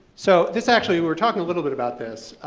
so this actually, we were talking a little bit about this,